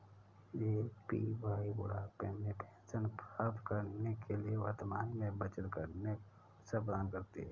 APY बुढ़ापे में pension प्राप्त करने के लिए वर्तमान में बचत करने का अवसर प्रदान करती है